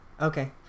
Okay